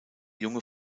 junge